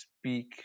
speak